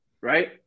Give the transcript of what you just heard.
right